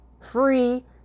free